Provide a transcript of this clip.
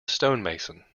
stonemason